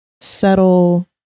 subtle